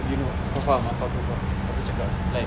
you know kau faham apa aku cakap like